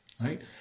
right